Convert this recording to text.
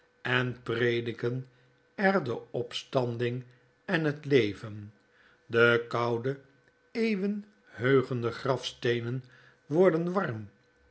en prediken er de opstanding en het leven de koude eeuwenheugende gralsteenen worden warm